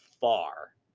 far